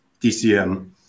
DCM